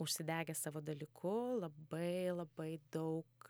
užsidegę savo dalyku labai labai daug